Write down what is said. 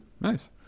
nice